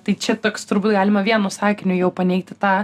tai čia toks turbūt galima vienu sakiniu jau paneigti tą